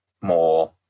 more